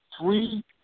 three